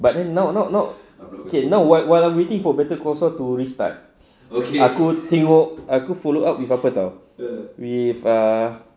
but then now not not okay now while while I'm waiting for better call saul to restart aku tengok aku follow up with apa [tau] with ah